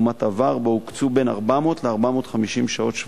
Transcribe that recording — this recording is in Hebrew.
ואילו בעבר הוקצו בין 400 ל-450 שעות שבועיות,